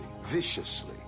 viciously